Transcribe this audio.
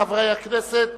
חברי הכנסת,